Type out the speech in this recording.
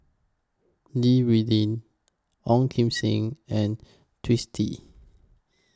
Li Rulin Ong Kim Seng and Twisstii